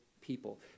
people